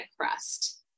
crust